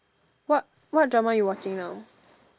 what what dramas you watching now